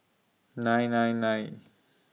nine nine nine